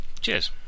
cheers